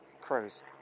crows